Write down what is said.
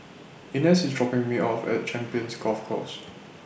Inez IS dropping Me off At Champions Golf Course